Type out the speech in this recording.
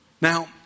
Now